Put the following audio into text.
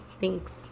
Thanks